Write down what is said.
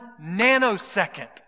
nanosecond